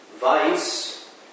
Vice